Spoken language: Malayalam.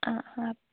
ആ ആ